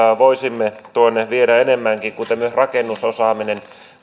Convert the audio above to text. voisimme tuonne viedä enemmänkin kuten myös rakennusosaaminen